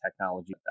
technology